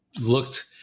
looked